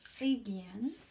again